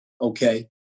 Okay